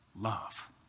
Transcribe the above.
love